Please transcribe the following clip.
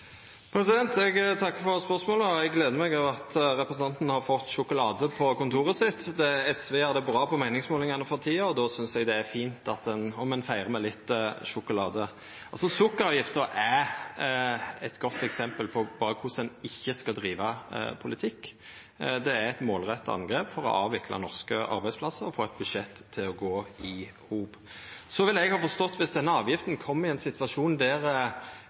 Eg takkar for spørsmålet, og eg gler meg over at representanten har fått sjokolade på kontoret sitt. SV gjer det bra på meiningsmålingane for tida, og då synest eg det er fint om ein feirar med litt sjokolade. Sukkeravgifta er eit godt eksempel på korleis ein ikkje skal driva politikk. Det er eit målretta angrep for å avvikla norske arbeidsplassar og for å få eit budsjett til å gå i hop. Eg ville forstått det dersom denne avgifta kom i ein situasjon der